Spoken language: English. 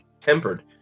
tempered